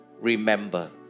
remember